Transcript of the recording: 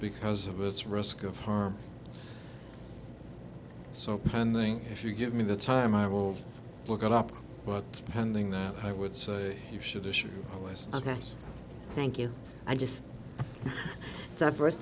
because of its risk of harm so pending if you give me the time i will look it up but pending that i would say you should issue a press thank you i just the first